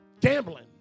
gambling